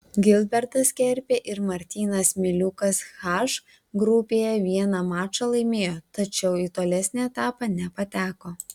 gilbertas kerpė ir martynas miliukas h grupėje vieną mačą laimėjo tačiau į tolesnį etapą nepateko